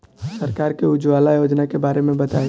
सरकार के उज्जवला योजना के बारे में बताईं?